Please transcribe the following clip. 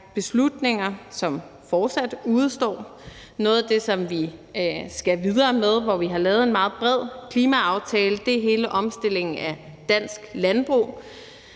beslutninger, som fortsat udestår. Noget af det, som vi skal videre med, og hvor vi har lavet en meget bred klimaaftale, er hele omstillingen af dansk landbrug,